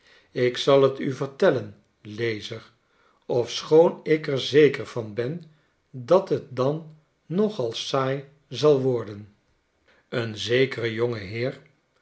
ik zal t u vertellen lezer ofschoon ik er zeker van ben dat het dan nogal saai zal worden een zekere jongeheer